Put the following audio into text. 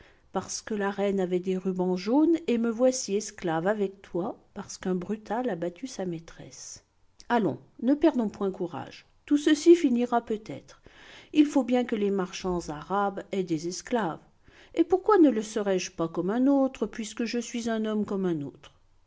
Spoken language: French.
étranglé parceque la reine avait des rubans jaunes et me voici esclave avec toi parcequ'un brutal a battu sa maîtresse allons ne perdons point courage tout ceci finira peut-être il faut bien que les marchands arabes aient des esclaves et pourquoi ne le serais-je pas comme un autre puisque je suis homme comme un autre